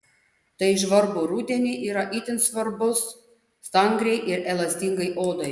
tai žvarbų rudenį yra itin svarbus stangriai ir elastingai odai